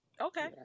Okay